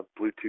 Bluetooth